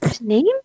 Name